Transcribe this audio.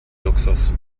luxus